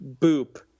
boop